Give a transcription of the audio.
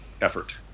effort